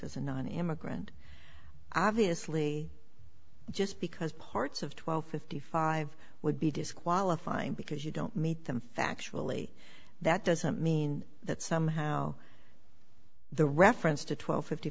as a non immigrant obviously just because parts of twelve fifty five would be disqualifying because you don't meet them factually that doesn't mean that somehow the reference to twelve fifty